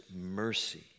mercy